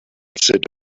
said